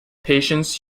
patients